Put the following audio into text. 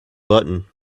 button